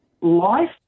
life